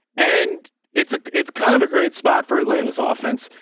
and it's, it's kind of a great spot for atlanta's ah offense.